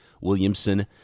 Williamson